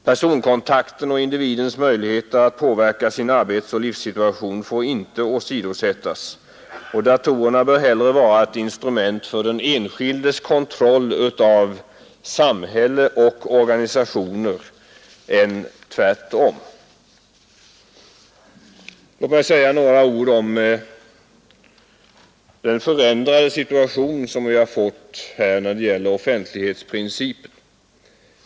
Personkontakten och individens möjligheter att påverka sin arbetsoch livssituation får inte åsidosättas. Datorerna bör hellre vara ett instrument för den enskildes kontroll av samhälle och organisationer än tvärtom. Låt mig säga några ord om den förändrade situation som vi har fått när det gäller offentlighetsprincipen.